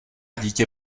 dítě